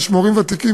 יש מורים ותיקים,